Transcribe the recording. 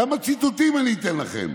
כמה ציטוטים אני אתן לכם